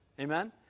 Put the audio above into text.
Amen